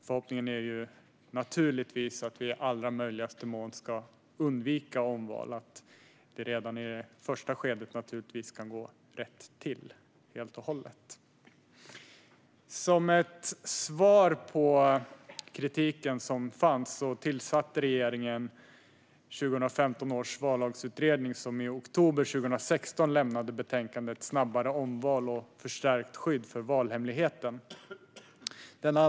Förhoppningen är naturligtvis att vi i allra möjligaste mån ska undvika omval och att det redan i det första skedet ska gå helt och hållet rätt till. Som ett svar på den kritik som fanns tillsatte regeringen 2015 års vallagsutredning, som i oktober 2016 lämnade betänkandet Snabbare omval och förstärkt skydd för valhemligheten .